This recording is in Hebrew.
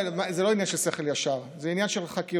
זה לא עניין של שכל ישר, זה עניין של חקירות,